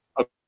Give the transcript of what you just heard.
Okay